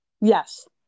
Yes